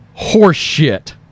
Horseshit